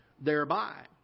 thereby